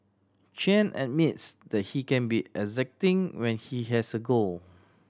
Chen admits that he can be exacting when he has a goal